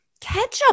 Ketchup